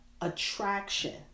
attraction